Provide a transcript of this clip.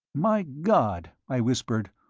my god, i whispered,